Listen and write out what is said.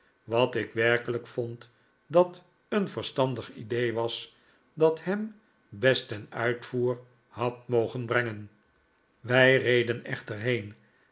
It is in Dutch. wat ik werkelijk vond dat een verstandig idee was dat ham best ten uitvoer had mogen brengen wij reden echter